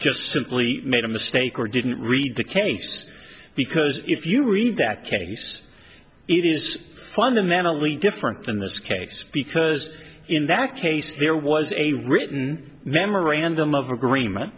just simply made a mistake or didn't read the case because if you read that case it is fundamentally different in this case because in that case there was a written memorandum of agreement